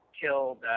killed